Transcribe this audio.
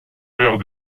faire